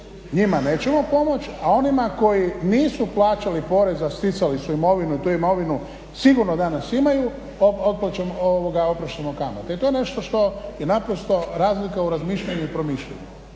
njima nećemo pomoći, a onima koji nisu plaćali porez a sticali su imovinu, tu imovinu sigurno danas imaju, opraštamo kamate. I to je nešto što je razlika u razmišljanju i promišljanju.